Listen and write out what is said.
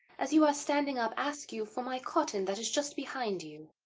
as you are standing up, ask you for my cotton that is just behind you?